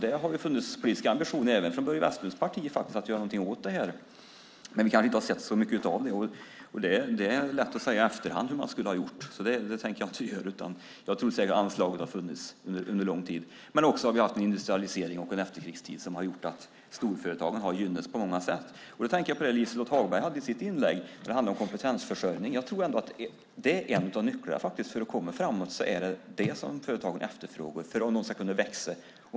Det har funnits politiska ambitioner även från Börje Vestlunds parti att göra något åt saken, men vi har kanske inte sett så mycket av det där. Det är lätt att i efterhand säga hur man skulle ha gjort, så det tänker jag inte göra. Anslaget har säkert funnits under en lång tid. Dessutom har industrialiseringen och efterkrigstiden gjort att storföretagen på många sätt har gynnats. Jag tänker på vad Liselott Hagberg tog upp om kompetensförsörjningen. Den tror jag är en av nycklarna för att komma framåt. Det är vad företagen efterfrågar för att kunna växa.